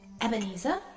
Ebenezer